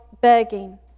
begging